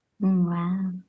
Wow